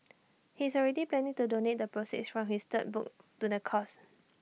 he's already planning to donate the proceeds from his third book to the cause